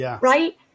right